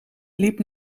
liep